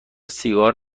سیگار